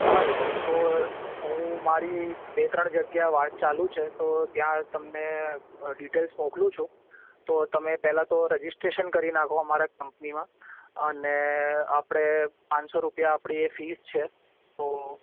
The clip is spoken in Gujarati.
સારું તો હું મારી બે ત્રણ જગ્યાએ વાત ચાલું છે તો ત્યાં તમને ડિટેલસ મોકલું છું તો તમે પહેલાં તો રજીસ્ટ્રેશન કરી નાખો અમારા કંપનીમાં અને આપણે પાંચસો રૂપિયા આપણી ફીસ છે તો